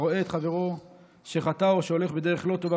הרואה את חברו שחטא או שהולך בדרך לא טובה,